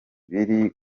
biri